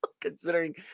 considering